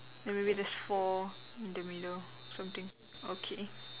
or maybe there's four in the middle or something okay